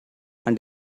and